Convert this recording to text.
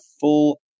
full